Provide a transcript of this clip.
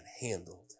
handled